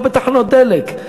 לא בתחנות דלק.